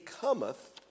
cometh